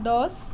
দহ